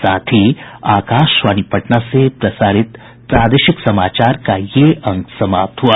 इसके साथ ही आकाशवाणी पटना से प्रसारित प्रादेशिक समाचार का ये अंक समाप्त हुआ